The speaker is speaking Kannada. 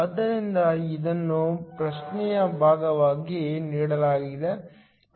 ಆದ್ದರಿಂದ ಇದನ್ನು ಪ್ರಶ್ನೆಯ ಭಾಗವಾಗಿ ನೀಡಲಾಗಿದೆ